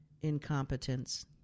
incompetence